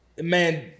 man